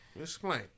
Explain